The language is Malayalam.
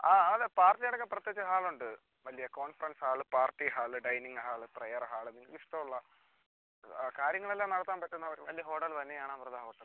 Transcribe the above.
ആ അല്ല പാർട്ടി നടക്കാൻ പ്രത്യേകിച്ച് ഹാള് ഉണ്ട് വലിയ conference hall party hall dining hall prayer hall നിങ്ങൾക്ക് ഇഷ്ടം ഉള്ള കാര്യങ്ങളെല്ലാം നടത്താൻ പറ്റുന്ന ഒരു വലിയ ഹോട്ടൽ തന്നെയാണ് അമൃത ഹോട്ടൽ